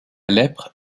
lèpre